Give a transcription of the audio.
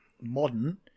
modern